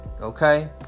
Okay